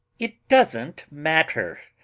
it doesn't matter.